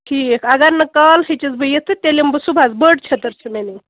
ٹھیٖک اَگر نہٕ کالہٕ ہیٚچِس بہٕ یِتھ تہٕ تیٚلہِ یِمہٕ بہٕ صبُحس بٔڈۍ چھٔتٕر چھےٚ مےٚ نِنۍ